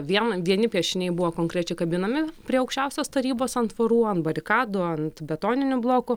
vien vieni piešiniai buvo konkrečiai kabinami prie aukščiausios tarybos ant tvorų ant barikadų ant betoninių blokų